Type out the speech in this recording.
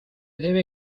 debe